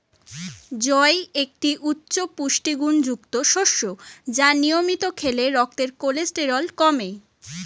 জই একটি উচ্চ পুষ্টিগুণযুক্ত শস্য যা নিয়মিত খেলে রক্তের কোলেস্টেরল কমে